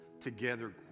together